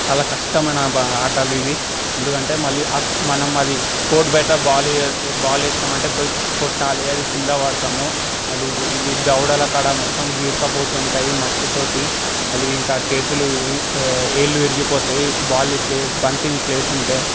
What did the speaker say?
చాలా కష్టమయిన బా ఆటలివి ఎందుకంటే మళ్ళీ మనం అది కోర్టు బయట బాలే బాల్ వేసినామంటే పోయి కొట్టాలి అది కింద పడతాము మళ్ళీ ఇది ఇది దవడల కాడ మొత్తం గీరకపోతుంటాయి మట్టి తోటి మళ్ళీ ఇంకా చేతులు వేళ్ళు విరిగిపోతాయి బాల్ ఇట్లే బంతిని ఇట్లా వేస్తుంటే